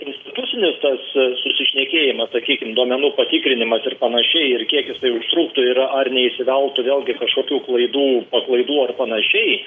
institucinis tas susišnekėjimas sakykim duomenų patikrinimas ir panašiai ir kiek jisai užtruktų ir ar neįsiveltų vėlgi kažkokių klaidų paklaidų ar panašiai